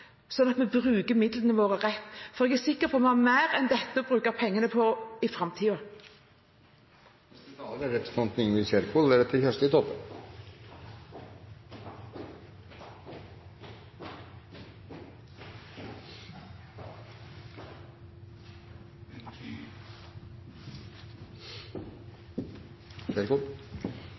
sånn at vi bruker midlene våre rett. Jeg er sikker på at vi har mer enn dette å bruke pengene på i